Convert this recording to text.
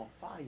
fire